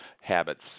habits